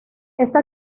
esta